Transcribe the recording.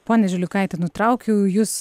ponia žiliukaite nutraukiau jus